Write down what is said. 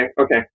okay